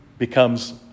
becomes